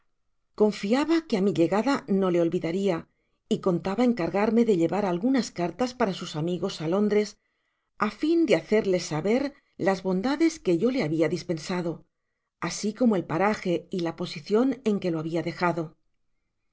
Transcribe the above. confiaba que á mi llegada no le olvidaria y contaba encargarme de llevar algunas cartas para sos amigos de lóndres á fin de hacerles saber las bondades que yo le habia dispensado asi como el paraje y la posicion en que lo habia dejado